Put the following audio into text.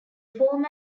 form